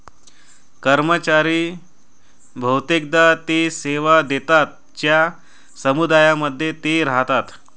कर्मचारी बहुतेकदा ते सेवा देतात ज्या समुदायांमध्ये ते राहतात